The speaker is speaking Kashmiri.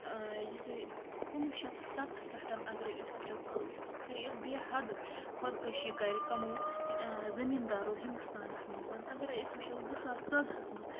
یہِ گٔے کُنوُہ شَتھ سَتہٕ پٮ۪ٹھ اَگَرے أسۍ وٕچھو گٔے بے حدٕ خۄدکٔشی کَرِ کَمو زٔمیٖندارو ہِندوستانَس منٛز اَگَرے أسۍ وٕچھو زٕ ساس ژۄدہَس منٛز